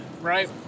Right